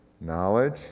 knowledge